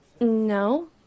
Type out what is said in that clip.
no